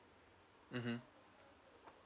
mmhmm